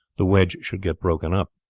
the wedge should get broken up.